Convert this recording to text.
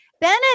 Bennett